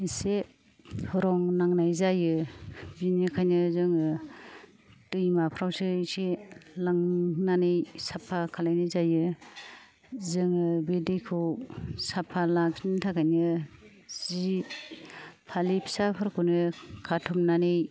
इसे रं नांनाय जायो बिनिखायनो जोङो दैमा फ्रावसो एसे लांनानै साफा खालायनाय जायो जोङो बे दैखौ साफा लाखिनो थाखाय नो जि फालि फिसाफोरखौ नो काथुमनानै